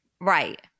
Right